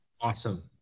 Awesome